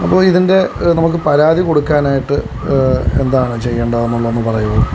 അപ്പോൾ ഇതിൻ്റെ നമുക്ക് പരാതി കൊടുക്കാനായിട്ട് എന്താണ് ചെയ്യേണ്ടത് എന്നുള്ളത് പറയുവോ